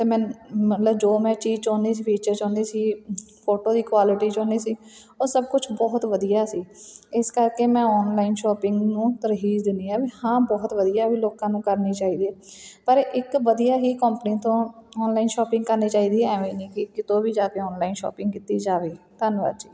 ਤਾਂ ਮੈਨ ਮਤਲਬ ਜੋ ਮੈਂ ਚੀਜ਼ ਚਾਹੁੰਦੀ ਸੀ ਫੀਚਰਜ ਚਾਹੁੰਦੀ ਸੀ ਫੋਟੋ ਦੀ ਕੁਆਲਿਟੀ ਚਾਹੁੰਦੀ ਸੀ ਉਹ ਸਭ ਕੁਛ ਬਹੁਤ ਵਧੀਆ ਸੀ ਇਸ ਕਰਕੇ ਮੈਂ ਔਨਲਾਈਨ ਸ਼ੋਪਿੰਗ ਨੂੰ ਤਰਜ਼ੀਹ ਦਿੰਦੀ ਹਾਂ ਵੀ ਹਾਂ ਬਹੁਤ ਵਧੀਆ ਵੀ ਲੋਕਾਂ ਨੂੰ ਕਰਨੀ ਚਾਹੀਦੀ ਹੈ ਪਰ ਇੱਕ ਵਧੀਆ ਹੀ ਕੰਪਨੀ ਤੋਂ ਔਨਲਾਈਨ ਸ਼ੋਪਿੰਗ ਕਰਨੀ ਚਾਹੀਦੀ ਐਵੇਂ ਨਹੀਂ ਕਿ ਕਿਤੋਂ ਵੀ ਜਾ ਕੇ ਔਨਲਾਈਨ ਸ਼ੋਪਿੰਗ ਕੀਤੀ ਜਾਵੇ ਧੰਨਵਾਦ ਜੀ